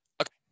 Okay